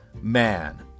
man